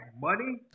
money